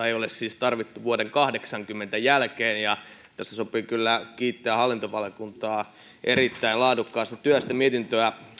ei ole tarvittu vuoden kahdeksankymmentä jälkeen kumoaminen tässä sopii kyllä kiittää hallintovaliokuntaa erittäin laadukkaasta työstä mietintöä